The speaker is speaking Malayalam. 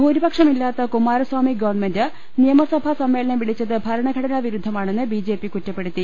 ഭൂരിപക്ഷമില്ലാത്ത കുമാരസ്വാമി ഗവൺമെന്റ് നിയമസഭാ സമ്മേ ളനം വിളിച്ചത് ഭരണഘടനാ വിരുദ്ധമാണെന്ന് ബിജെപി കുറ്റപ്പെ ടുത്തി